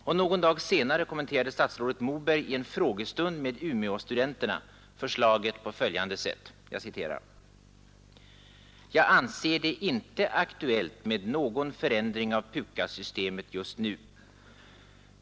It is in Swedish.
Och någon dag senare kommenterade statsrådet Moberg i en frågestund med Umeåstudenterna förslaget på följande sätt: ”Jag anser det inte aktuellt med någon förändring av PUKAS-systemet just nu.